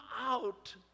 out